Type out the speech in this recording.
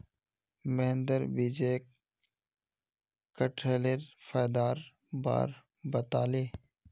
महेंद्र विजयक कठहलेर फायदार बार बताले